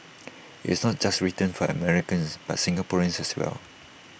it's not just written for Americans but Singaporeans as well